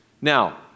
Now